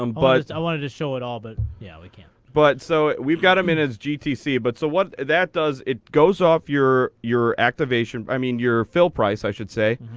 um but i wanted to show it all, but, yeah, we can't. but so we've got him in his gtc. but so what that does, it goes off your your activation i mean, your fill price, i should say,